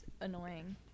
annoying